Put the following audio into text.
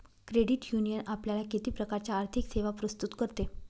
Credit union आपल्याला किती प्रकारच्या आर्थिक सेवा प्रस्तुत करते?